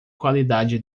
qualidade